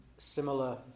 Similar